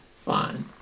fine